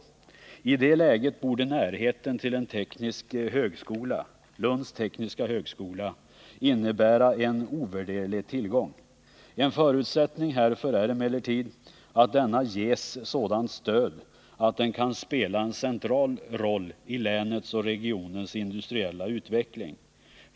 I det läget borde närheten till en teknisk högskola — Lunds tekniska högskola — innebära en ovärderlig tillgång. En förutsättning är emellertid att högskolan ges sådant stöd att den kan spela en central roll i länets och regionens industriella utveckling.